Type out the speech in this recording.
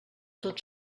tot